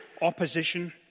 opposition